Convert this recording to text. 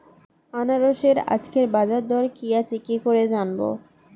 আনারসের আজকের বাজার দর কি আছে কি করে জানবো?